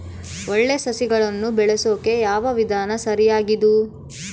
ಒಳ್ಳೆ ಸಸಿಗಳನ್ನು ಬೆಳೆಸೊಕೆ ಯಾವ ವಿಧಾನ ಸರಿಯಾಗಿದ್ದು?